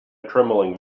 trembling